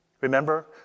Remember